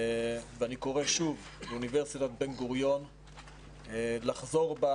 אני קורא שוב לאוניברסיטת בן גוריון לחזור בה.